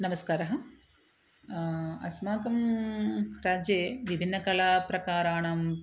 नमस्कारः अस्माकं राज्ये विभिन्नकलाप्रकाराणाम्